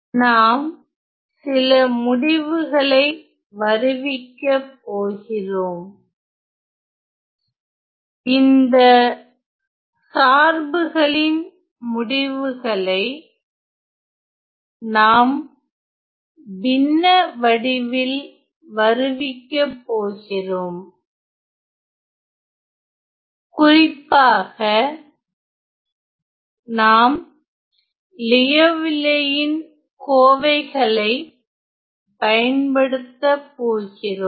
நாம் சில முடிவுகளை வருவிக்கப் போகிறோம் இந்த சார்புகளின் முடிவுகளை நாம் பின்ன வடிவில் வருவிக்கப்போகிறோம் குறிப்பாக நாம் லியோவில்லேயின் Liouvilles கோவைகளை பயன்படுத்த போகிறோம்